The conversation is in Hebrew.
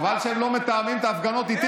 חבל שהם לא מתאמים את ההפגנות איתי,